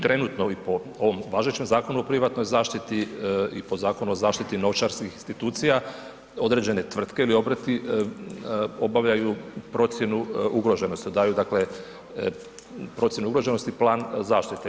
Trenutno i po ovom važećem Zakonu o privatnoj zaštiti i po Zakonu o zaštiti novčarskih institucija određene tvrtke ili obrti obavljaju procjenu ugroženosti, daju dakle procjenu ugroženosti i plan zaštite.